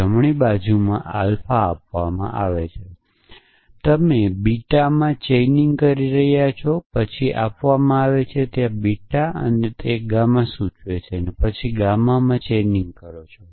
જમણી બાજુની આલ્ફાઆપવામાં આવે છે તમે બીટામાં ચેઇન કરી રહ્યાં છો પછી આપવામાં આવે છે ત્યાં બીટા છે ગામા સૂચવે છે પછી તમે ગામામાં ચેઇન કરો છો